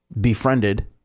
befriended